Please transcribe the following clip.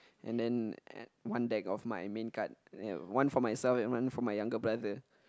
and then one deck of my main card one for myself and one for my younger brother